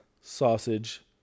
sausage